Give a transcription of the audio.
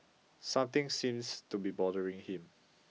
something seems to be bothering him